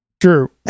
True